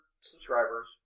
subscribers